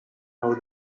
how